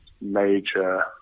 major